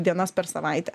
dienas per savaitę